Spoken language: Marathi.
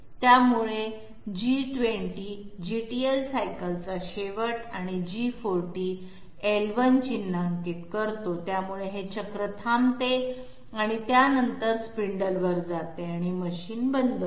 त्यामुळे G20 GTL सायकलचा शेवट आणि G40 l1 चिन्हांकित करतो त्यामुळे हे चक्र थांबते आणि त्यानंतर स्पिंडल वर जाते आणि मशीन बंद होते